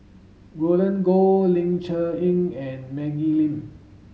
Roland Goh Ling Cher Eng and Maggie Lim